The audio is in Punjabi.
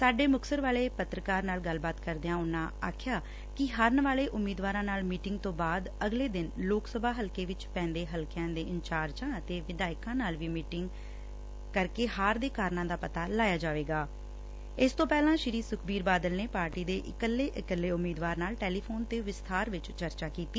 ਸਾਡੇ ਮੁਕਤਸਰ ਵਾਲੇ ਪੱਤਰਕਾਰ ਨਾਲ ਗੱਲਬਾਤ ਕਰਦਿਆਂ ਉਨ੍ਹਾਂ ਕਿਹਾ ਕਿ ਹਾਰਨ ਵਾਲੇ ਉਮੀਦਵਾਰਾਂ ਨਾਲ ਮੀਟਿੰਗ ਤੋਂ ਬਾਅਦ ਅਗਲੇ ਦਿਨ ਲੋਕ ਸਭਾ ਹਲਕੇ ਵਿਚ ਪੈਂਦੇ ਹਲਕਿਆਂ ਦੇ ਇੰਚਾਰਜਾਂ ਅਤੇ ਵਿਧਾਇਕਾਂ ਨਾਲ ਵੀ ਮੀਟਿੰਗ ਕਰਕੇ ਹਾਰ ਦੇ ਕਾਰਨਾਂ ਦਾ ਪਤਾ ਲਾਇਆ ਜਾਏਗਾ ਇਸ ਤੋਂ ਪਹਿਲਾਂ ਸੁਖਬੀਰ ਬਾਦਲ ਨੇ ਪਾਰਟੀ ਦੇ ਇਕੱਲੇ ਇਕੱਲੇ ਉਮੀਦਵਾਰ ਨਾਲ ਟੈਲੀਫੋਨ ਤੇ ਵਿਸਬਾਰ ਵਿਚ ਚਰਚਾ ਕੀਤੀ